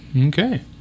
Okay